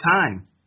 time